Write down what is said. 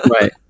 Right